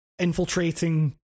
infiltrating